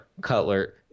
Cutler